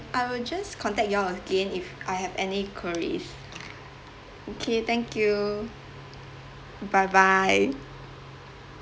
I will just contact you all again if I have any queries okay thank you bye bye